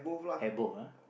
have both ah